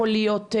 יכול להיות,